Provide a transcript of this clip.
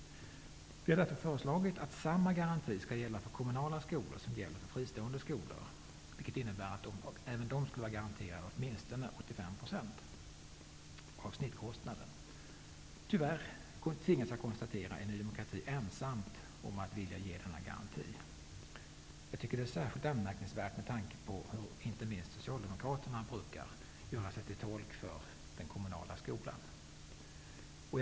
Vi har därför föreslagit att samma garanti skall gälla för kommunala skolor som gäller för fristående skolor. Det innebär att även de skolorna skulle vara garanterade åtminstone 85 % av snittkostnaden. Tyvärr tvingas vi att konstatera att Ny demokrati är ensamt om att vilja ge denna garanti. Jag tycker att det är särskilt anmärkningsvärt med tanke på hur inte minst Socialdemokraterna brukar göra sig till tolk för den kommunala skolans ställning.